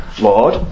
Lord